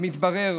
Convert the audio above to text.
מתברר,